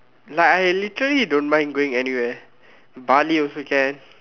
like I literally don't mind going anywhere Bali also can